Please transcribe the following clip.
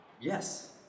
Yes